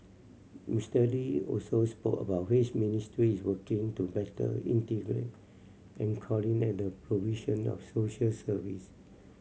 Mister Lee also spoke about how his ministry is working to better integrate and coordinate the provision of social service